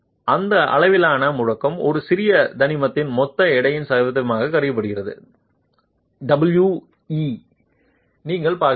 அந்த அளவிலான முடுக்கம் அந்த சிறிய தனிமத்தின் மொத்த எடையின் சதவீதமாக கருதப்படுகிறது we நீங்கள் பார்க்கிறீர்கள்